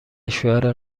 شوهر